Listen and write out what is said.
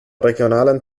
regionalen